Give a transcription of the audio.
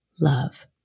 love